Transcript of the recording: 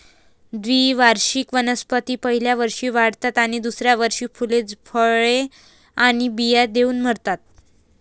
द्विवार्षिक वनस्पती पहिल्या वर्षी वाढतात आणि दुसऱ्या वर्षी फुले, फळे आणि बिया देऊन मरतात